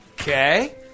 Okay